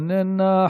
אינה נוכחת,